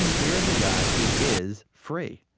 here's a guy who is free,